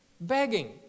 begging